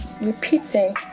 repeating